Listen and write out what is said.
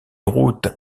route